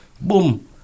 Boom